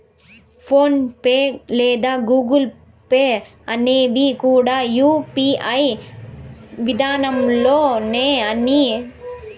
phone pay లేదా Google Pay అనేవి కూడా యూ.పీ.ఐ విదానంలోనే పని చేస్తుండాయని ఎరికేనా